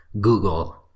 Google